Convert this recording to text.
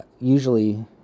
usually